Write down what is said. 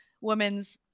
women's